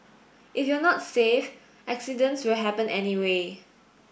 if you're not safe accidents will happen anyway